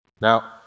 Now